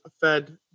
fed